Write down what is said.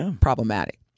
problematic